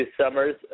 summers